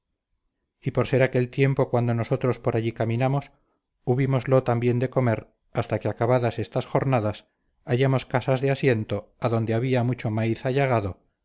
y por ser aquel tiempo cuando nosotros por allí caminamos hubímoslo también de comer hasta que acabadas estas jornadas hallamos casas de asiento adonde había mucho maíz allagado